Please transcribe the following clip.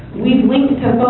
we've linked to